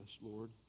Lord